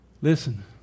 Listen